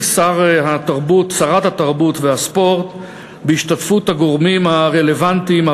שרת התרבות והספורט ובהשתתפות הגורמים הרלוונטיים.